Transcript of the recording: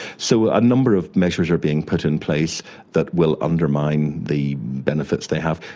so a number of measures are being put in place that will undermine the benefits they have.